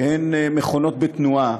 שהן מכונות בתנועה,